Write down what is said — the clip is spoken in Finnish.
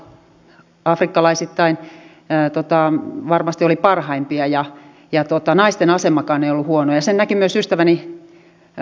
arvosteluissa nostetaan hallitusohjelmasta yksittäisiä kohtia irti asiayhteydestä ja tätä kautta yritetään estää uudistamista ja pitäytyä vanhassa